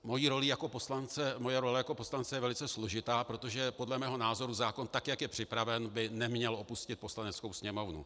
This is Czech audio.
Moje role jako poslance je velice složitá, protože podle mého názoru zákon, tak jak je připraven, by neměl opustit Poslaneckou sněmovnu.